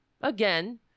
again